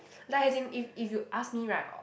like as in if if you ask me right uh